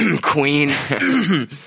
Queen